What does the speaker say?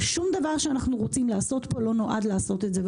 שום דבר שאנחנו רוצים לעשות פה לא נועד לעשות את זה.